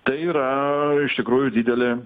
tai yra iš tikrųjų didelė